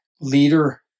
leader